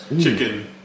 Chicken